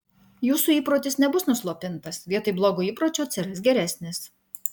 jūsų įprotis nebus nuslopintas vietoj blogo įpročio atsiras geresnis